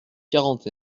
quarante